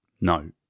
no